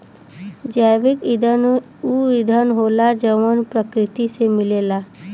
जैविक ईंधन ऊ ईंधन होला जवन प्रकृति से मिलेला